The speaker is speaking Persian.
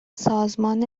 سازمان